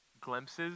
glimpses